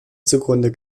zugrunde